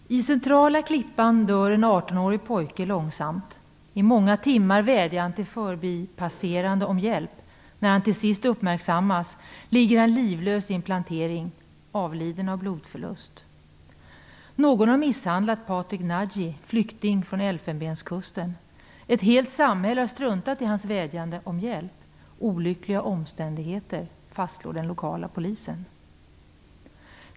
Fru talman! I centrala Klippan dör en 18-årig pojke långsamt. I många timmar vädjar han till förbipasserande om hjälp. När han till sist uppmärksammas ligger han livlös i en plantering, avliden av blodförlust. Någon har misshandlat Patrick Nadji, flykting från Elfenbenskusten. Ett helt samhälle har struntat i hans vädjande om hjälp. Olyckliga omständigheter, fastslår den lokala polisen.